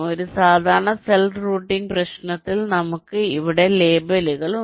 ഒരു സാധാരണ cell routing പ്രശ്നത്തിൽ നമുക്ക് ഇവിടെ ലേബൽ ഉണ്ട്